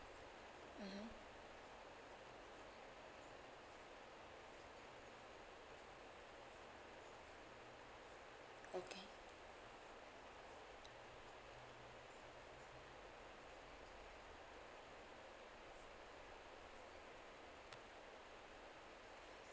mmhmm okay